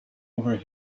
over